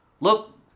look